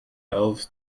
elves